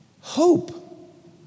hope